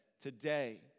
today